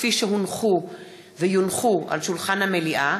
כפי שהונחו ויונחו על שולחן המליאה,